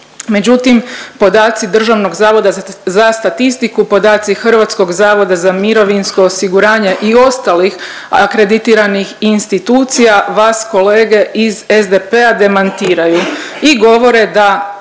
međutim podaci Državnog zavoda za statistiku, podaci HZMO-a i ostalih akreditiranih institucija vas kolege iz SDP-a demantiraju i govore da